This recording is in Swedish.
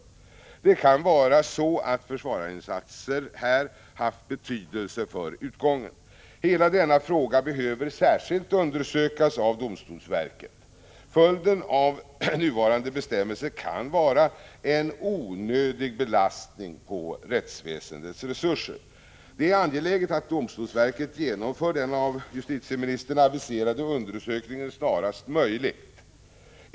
Det kan vara så att försvarareinsatser här haft betydelse för utgången. Hela denna fråga behöver särskilt undersökas av domstolsverket. Följden av nuvarande bestämmelser kan vara en onödig belastning på rättsväsendets resurser. Det är angeläget att domstolsverket genomför den av justitieministern aviserade undersökningen snarast möjligt.